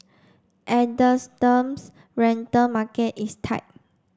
rental market is tight